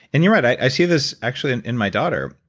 and you're right, i see this actually in my daughter.